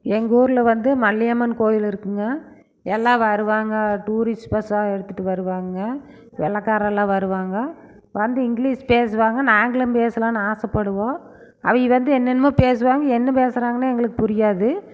எங்கள் ஊரில் வந்து மல்லியம்மன் கோயில் இருக்குதுங்க எல்லாம் வருவாங்க டூரிஸ்ட் பஸ்ஸாக எடுத்துகிட்டு வருவாங்க வெள்ளைக்காரெல்லாம் வருவாங்க வந்து இங்கிலீஸ் பேசுவாங்க நாங்களும் பேசலாம்னு ஆசைப்படுவோம் அவங்க வந்து என்ன என்னமோ பேசுவாங்க என்ன பேசுகிறாங்கன்னே எங்களுக்கு புரியாது